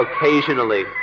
occasionally